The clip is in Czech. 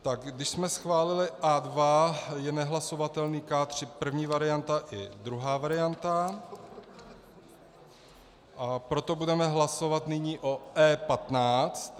Tak když jsme schválili A2, je nehlasovatelný K3 první varianta i druhá varianta, a proto budeme hlasovat nyní o E15.